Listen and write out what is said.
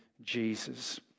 Jesus